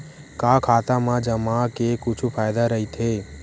का खाता मा जमा के कुछु फ़ायदा राइथे?